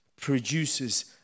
produces